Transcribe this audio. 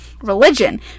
religion